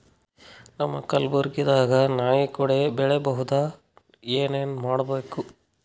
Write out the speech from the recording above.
ನಮ್ಮ ಕಲಬುರ್ಗಿ ದಾಗ ನಾಯಿ ಕೊಡೆ ಬೆಳಿ ಬಹುದಾ, ಏನ ಏನ್ ಮಾಡಬೇಕು?